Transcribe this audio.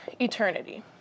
eternity